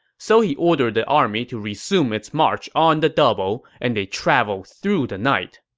so he ordered the army to resume its march on the double, and they traveled through the night.